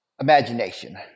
imagination